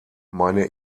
meine